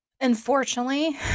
unfortunately